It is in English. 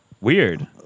Weird